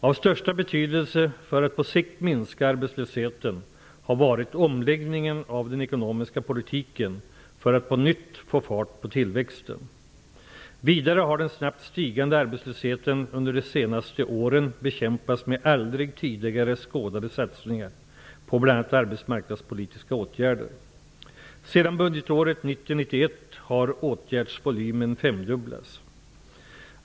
Av största betydelse för att på sikt minska arbetslösheten har varit omläggningen av den ekonomiska politiken för att på nytt få fart på tillväxten. Vidare har den snabbt stigande arbetslösheten under de senaste åren bekämpats med aldrig tidigare skådade satsningar på bl.a. arbetsmarknadspolitiska åtgärder. Sedan budgetåret 1990/91 har åtgärdsvolymen femdubblats.